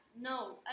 No